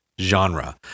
genre